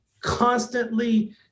constantly